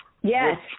Yes